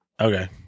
Okay